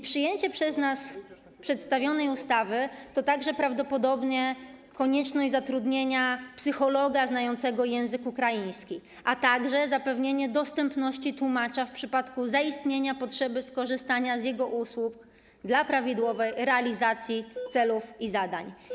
Przyjęcie przez nas przedstawionej ustawy prawdopodobnie stworzy konieczność zatrudnienia psychologa znającego język ukraiński, a także zapewnienia dostępności tłumacza w przypadku zaistnienia potrzeby skorzystania z jego usług dla prawidłowej realizacji celów i zadań.